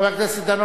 חבר הכנסת דנון,